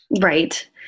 Right